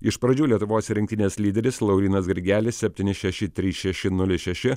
iš pradžių lietuvos rinktinės lyderis laurynas grigelis septyni šeši trys šeši nulis šeši